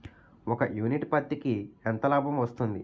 ఒక యూనిట్ పత్తికి ఎంత లాభం వస్తుంది?